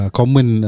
common